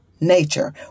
nature